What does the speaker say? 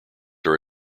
are